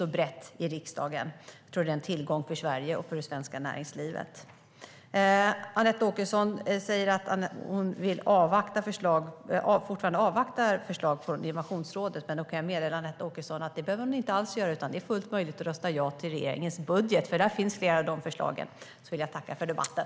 Jag tror att det är en tillgång för Sverige och för det svenska näringslivet. Anette Åkesson säger att hon fortfarande avvaktar förslag från Innovationsrådet. Då kan jag meddela Anette Åkesson att det behöver hon inte alls göra, utan det är fullt möjligt att rösta ja till regeringens budget - där finns flera av förslagen. Jag vill tacka för debatten.